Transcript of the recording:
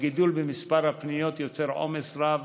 הגידול במספר הפניות יוצר עומס רב